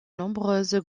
nombreuses